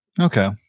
Okay